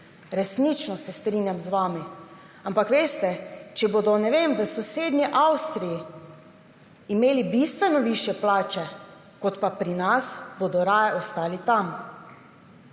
Resnično se strinjam z vami, ampak veste, če bodo, ne vem, v sosednji Avstriji imeli bistveno višje plače, kot pa pri nas, bodo raje ostali tam.